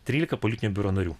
trylika politinio biuro narių